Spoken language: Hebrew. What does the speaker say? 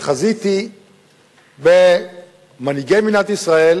וחזיתי במנהיגי מדינת ישראל,